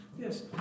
Yes